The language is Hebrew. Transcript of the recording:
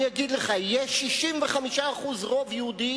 יש 65% רוב יהודי